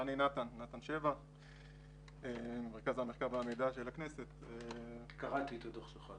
אני ממרכז המחקר והמידע של הכנסת וכותב הדוח --- קראתי את הדוח שלך,